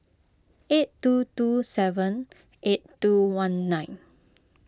eight two two seven eight two one nine